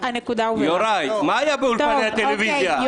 מה היה באולפני הטלוויזיה, שירי לכת?